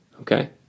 Okay